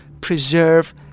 preserve